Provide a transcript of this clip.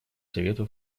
совету